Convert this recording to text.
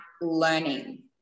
learning